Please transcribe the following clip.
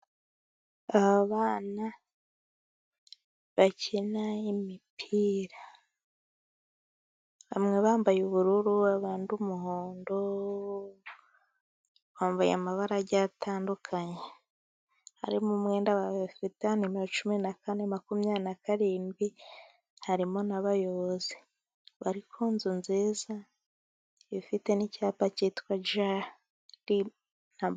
Abana bakina imipira. Bamwe bambaye ubururu abandi umuhondo. Bambaye amabara atandukanye ; harimo umwenda wa nimero cumi na kane, makumyabiri na karindwi. Harimo n'abayobozi bari ku nzu nziza ,ifite n'icyapa cyitwa ja............